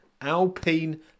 Alpine